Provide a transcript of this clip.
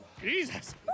Jesus